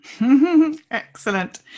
Excellent